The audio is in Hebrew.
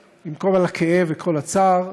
עם כל הכאב ועם כל הצער,